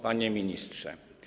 Panie Ministrze!